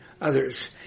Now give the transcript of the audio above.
others